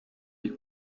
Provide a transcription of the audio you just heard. die